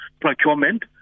procurement